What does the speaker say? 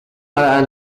are